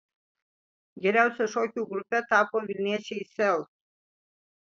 geriausia šokių grupe tapo vilniečiai sel